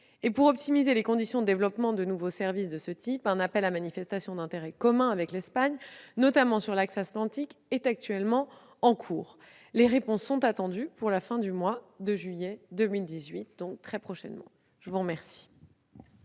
pour optimiser les conditions de développement de nouveaux services de ce type, un appel à manifestation d'intérêt commun avec l'Espagne, notamment sur l'axe atlantique, est en cours. Les réponses sont attendues pour la fin du mois de juillet, donc très prochainement. La parole